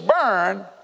burn